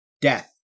Death